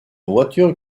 voiture